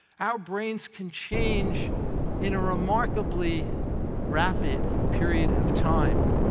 our brains can change in a remarkably rapid period of time.